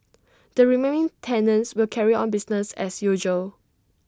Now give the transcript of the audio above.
the remaining tenants will carry on business as usual